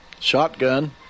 Shotgun